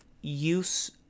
use